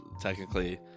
technically